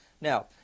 Now